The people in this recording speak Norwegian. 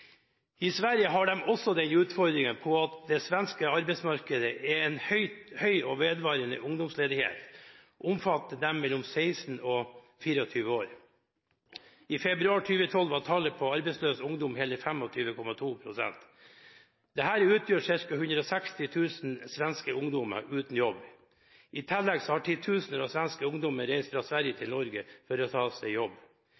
I Sverige har de også den utfordringen at det på det svenske arbeidsmarkedet er en høy og vedvarende ungdomsledighet som omfatter dem mellom 16 og 24 år. I februar 2012 var tallet på arbeidsløs ungdom hele 25,2 pst. Dette utgjør ca. 160 000 svenske ungdommer uten jobb. I tillegg har titusener av svenske ungdommer reist fra Sverige